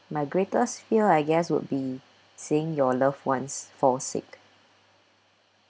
my greatest fear I guess would be seeing your loved ones fall sick